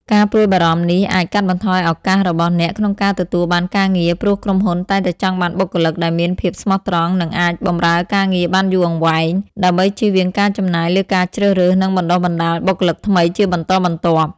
ការព្រួយបារម្ភនេះអាច កាត់បន្ថយឱកាសរបស់អ្នកក្នុងការទទួលបានការងារ ព្រោះក្រុមហ៊ុនតែងតែចង់បានបុគ្គលិកដែលមានភាពស្មោះត្រង់ និងអាចបម្រើការងារបានយូរអង្វែង ដើម្បីជៀសវាងការចំណាយលើការជ្រើសរើស និងបណ្ដុះបណ្ដាលបុគ្គលិកថ្មីជាបន្តបន្ទាប់។